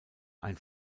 ein